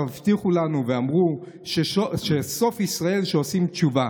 הבטיחו לנו ואמרו שסוף ישראל שעושים תשובה,